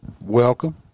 Welcome